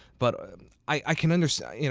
but um i can understand. you know